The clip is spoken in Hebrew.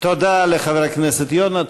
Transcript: תודה לחבר הכנסת יונה,